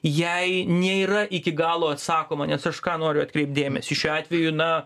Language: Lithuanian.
jai nėra iki galo atsakoma nes aš ką noriu atkreipt dėmesį šiuo atveju na